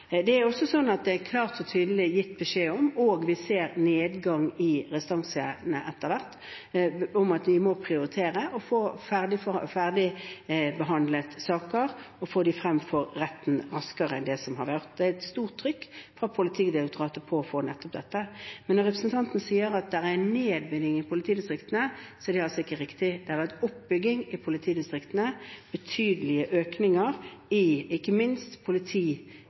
Det er også gitt klart og tydelig beskjed om – og vi ser nedgang i restansene etter hvert – at vi må prioritere å få ferdigbehandlet saker og få dem frem for retten raskere enn det som har vært gjort. Det er et stort trykk fra Politidirektoratet på å få til nettopp dette. Når representanten sier at det er nedbygging i politidistriktene, er det altså ikke riktig. Det har vært oppbygging i politidistriktene – betydelige økninger i, ikke minst,